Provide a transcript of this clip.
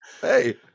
hey